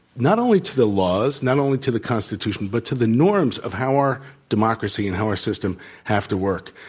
not only to the laws, not only to the constitution, but to the norms of how our democracy and how our system have to work.